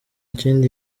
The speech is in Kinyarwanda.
kindi